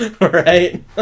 Right